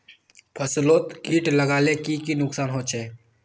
फसलोत किट लगाले की की नुकसान होचए?